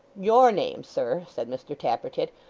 your name, sir said mr tappertit,